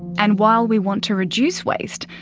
and while we want to reduce waste,